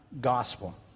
gospel